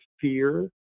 fear